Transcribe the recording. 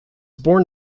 born